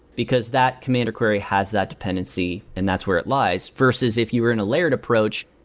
because that command or query has that dependency and that's where it lies, versus if you were in a layered approach,